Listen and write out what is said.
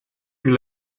più